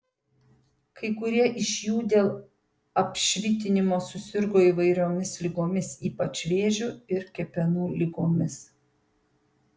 kai kurie iš jų dėl apšvitinimo susirgo įvairiomis ligomis ypač vėžiu ir kepenų ligomis